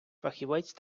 фахівець